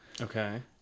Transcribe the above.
Okay